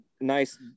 nice